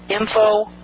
Info